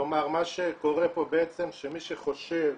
כלומר מה שקורה פה בעצם שמי שחושב